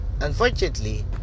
unfortunately